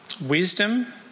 wisdom